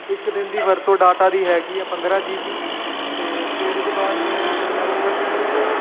ਇੱਕ ਦਿਨ ਦੀ ਵਰਤੋਂ ਡਾਟਾ ਦੀ ਹੈਗੀ ਆ ਪੰਦਰਾਂ ਜੀਬੀ ਅਤੇ ਫਿਰ ਉਹਦੇ ਬਾਅਦ ਮੈਂ ਨੈੱਟਵਰਕ ਸਮੱਸਿਆ